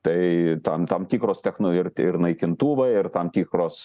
tai tam tam tikros techno ir ir naikintuvai ir tam tikros